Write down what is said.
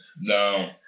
No